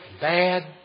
bad